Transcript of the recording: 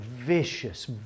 vicious